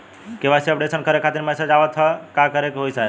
KYC updation करें खातिर message आवत ह का करे के होई साहब?